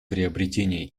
приобретения